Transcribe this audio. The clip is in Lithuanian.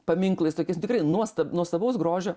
paminklais tokiais nu tikrai nuostab nuostabaus grožio